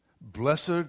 blessed